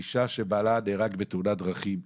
אישה שבעלה נהרג בתאונת דרכים,